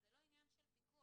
זה לא עניין של פיקוח.